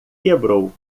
quebrou